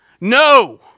No